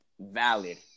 valid